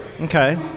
Okay